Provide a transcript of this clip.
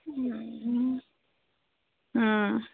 ও